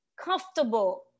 comfortable